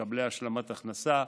מקבלי השלמת הכנסה,